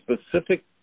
specific